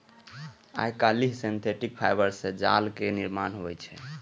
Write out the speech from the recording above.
आइकाल्हि synthetic fibre सं जालक निर्माण होइ छै